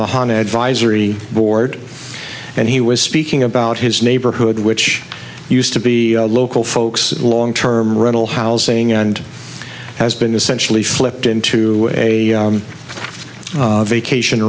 the hon advisory board and he was speaking about his neighborhood which used to be local folks long term rental housing and has been essentially flipped into a vacation